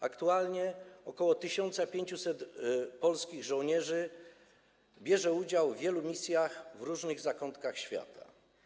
Aktualnie ok. 1500 polskich żołnierzy bierze udział w wielu misjach w różnych zakątkach świata.